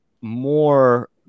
more